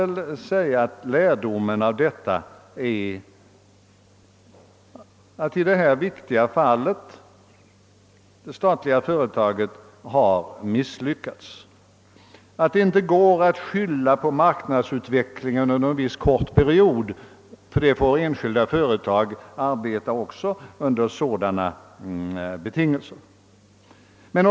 Lärdomen är att i detta viktiga fall det statliga företaget har misslyckats. Det går inte att skylla på marknadsutvecklingen under en viss kort period. Under sådana skiftande betingelser får också enskilda företag arbeta.